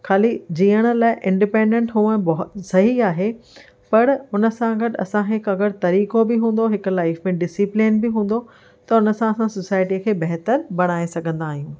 ख़ाली जीअण लाइ इन्डिपेन्डन्ट हुअण बहु सही आहे पर हुन सां गॾु असां हिकु अगरि तरीक़ो बि हूंदो हिकु लाइफ़ में डिसीप्लेन बि हूंदो त उन सां असां सोसाईटीअ खे बहितर बणाए सघंदा आहियूं